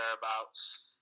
thereabouts